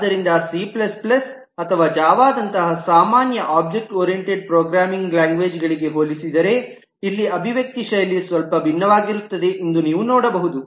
ಆದ್ದರಿಂದ C C ಅಥವಾ ಜಾವಾದಂತಹ ಸಾಮಾನ್ಯ ಒಬ್ಜೆಕ್ಟ್ ಓರಿಯೆಂಟೆಡ್ ಪ್ರೋಗ್ರಾಮಿಂಗ್ ಲ್ಯಾಂಗ್ವೇಜ್ ಗಳಿಗೆ ಹೋಲಿಸಿದರೆ ಇಲ್ಲಿ ಅಭಿವ್ಯಕ್ತಿಯ ಶೈಲಿ ಸ್ವಲ್ಪ ಭಿನ್ನವಾಗಿರುತ್ತದೆ ಎಂದು ನೀವು ನೋಡಬಹುದು